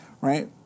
right